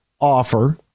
Offer